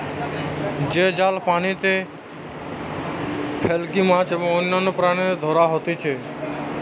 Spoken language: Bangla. যে জাল পানিতে ফেলিকি মাছ এবং অন্যান্য প্রাণীদের ধরা হতিছে